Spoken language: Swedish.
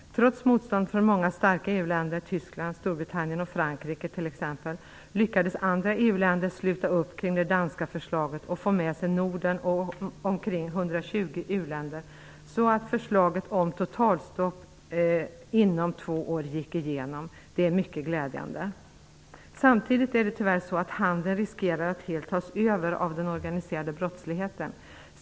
Trots motstånd från många starka EU länder som t.ex. Tyskland, Storbritannien och Frankrike lyckades andra EU-länder sluta upp kring det danska förslaget och få med sig Norden och omkring 120 u-länder, så att förslaget om totalstopp inom två år gick igenom. Det är mycket glädjande. Samtidigt riskeras tyvärr handeln att helt tas över av den organiserade brottsligheten.